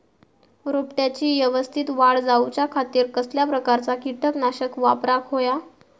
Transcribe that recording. रोपट्याची यवस्तित वाढ जाऊच्या खातीर कसल्या प्रकारचा किटकनाशक वापराक होया?